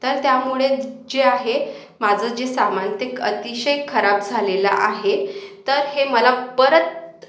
तर त्यामुळे जे आहे माझं जे सामान ते अतिशय खराब झालेलं आहे तर हे मला परत